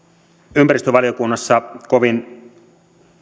ympäristövaliokunnassa kovin